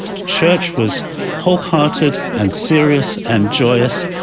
church was wholehearted and serious and joyous,